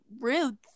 rude